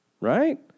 Right